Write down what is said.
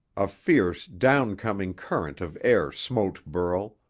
a fierce, down-coming current of air smote burl,